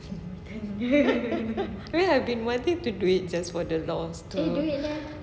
we have been wanting to do it just for the loves ke